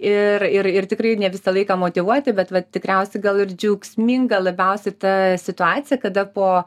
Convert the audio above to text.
ir ir ir tikrai ne visą laiką motyvuoti bet vat tikriausiai gal ir džiaugsminga labiausiai ta situacija kada po